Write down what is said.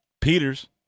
Peter's